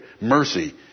Mercy